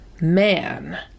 man